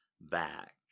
back